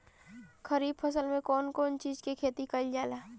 खरीफ फसल मे कउन कउन चीज के खेती कईल जाला?